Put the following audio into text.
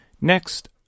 Next